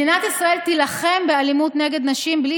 מדינת ישראל תילחם באלימות נגד נשים בלי